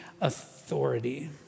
authority